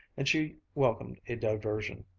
and she welcomed a diversion.